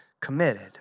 committed